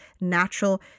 natural